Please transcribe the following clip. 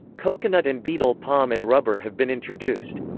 coconut and betel palm and rubber have been introduced.